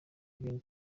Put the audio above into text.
ibintu